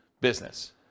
business